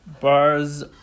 bars